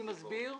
מי מסביר?